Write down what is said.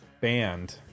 band